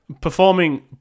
performing